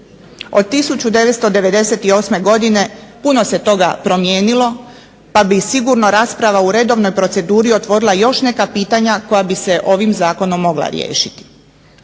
Od 1998. godine puno se toga promijenilo pa bi sigurno rasprava u redovnoj proceduri otvorila još neka pitanja koja bi se ovim zakonom mogla riješiti.